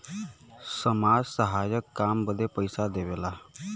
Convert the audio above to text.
समाज सहायक काम बदे पइसा देवेला